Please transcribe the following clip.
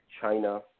China